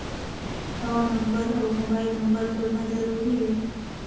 हव नंबर अउ mobile number जोड़ना जरूरी हे?